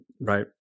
right